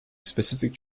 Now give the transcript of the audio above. specific